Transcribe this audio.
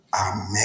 Amen